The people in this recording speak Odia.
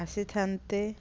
ଆସିଥାନ୍ତେ